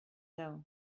know